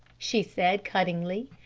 she said cuttingly.